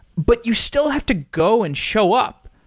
but you still have to go and show up.